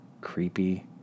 creepy